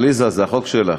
עליזה, זה החוק שלך,